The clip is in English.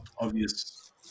obvious